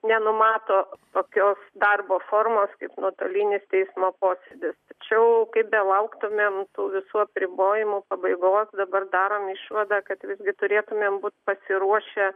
nenumato tokios darbo formos kaip nuotolinis teismo posėdis tačiau kaip belauktumėm tų visų apribojimų pabaigos dabar darom išvadą kad visgi turėtumėm būt pasiruošę